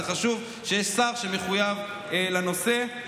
זה חשוב שיש שר שמחויב לנושא.